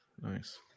nice